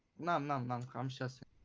number number um crunchers it